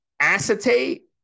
acetate